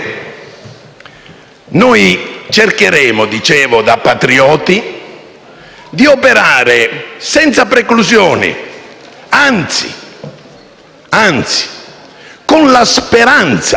noi cercheremo, da patrioti, di operare senza preclusioni, ma anzi con la speranza